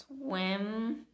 swim